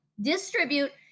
distribute